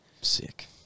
sick